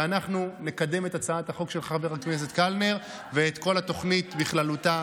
ואנחנו נקדם את הצעת החוק של חבר הכנסת קלנר ואת כל התוכנית בכללותה,